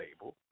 label